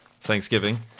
Thanksgiving